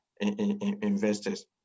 investors